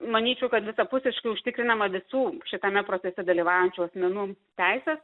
manyčiau kad visapusiškai užtikrinama visų šitame procese dalyvaujančių asmenų teisės